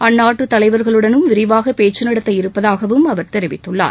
அந்நாட்டு தலைவர்களுடனும் விரிவாக பேச்சு நடத்த இருப்பதாகவும் அவர் தெரிவித்துள்ளார்